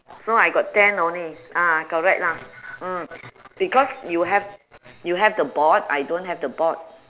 so I got ten only ah correct lah mm because you have you have the board I don't have the board